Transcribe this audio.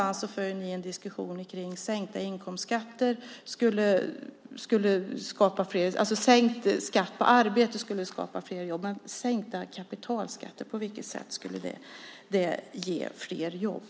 Ni för en diskussion om att sänkt skatt på arbete skulle skapa fler jobb, men på vilket sätt skulle sänkta kapitalskatter ge fler jobb?